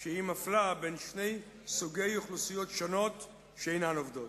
שהיא מפלה בין שני סוגי אוכלוסיות שאינן עובדות,